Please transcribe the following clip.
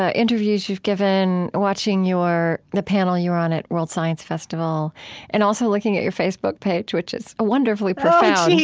ah interviews you've given, watching the panel you were on at world science festival and also looking at your facebook page, which is wonderfully profound